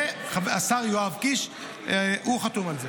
זה השר יואב קיש, הוא חתום על זה.